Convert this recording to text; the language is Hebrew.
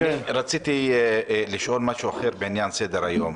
רציתי לשאול משהו אחר בעניין סדר-היום.